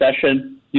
session